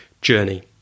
journey